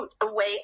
away